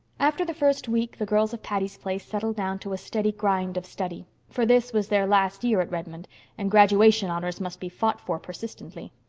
after the first week the girls of patty's place settled down to a steady grind of study for this was their last year at redmond and graduation honors must be fought for persistently.